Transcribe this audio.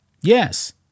Yes